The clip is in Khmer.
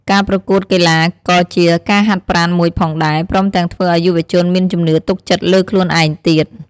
ការប្រគួតកីឡា ក៏ជាការហាត់ប្រាណមួយផងដែរ ព្រមទាំងធ្វើឲ្យយុវជនមានជំនឿទុកចិត្តលើខ្លួនឯងទៀត។